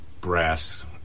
brass